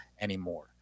anymore